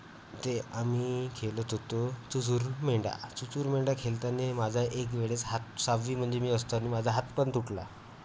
ते आम्ही खेळत होतो चुसूर मेंडा चुचूर मेंडा खेळताना माझा एक वेळेस हात सहावी म्हणजे मी असताना माझा हात पण तुटला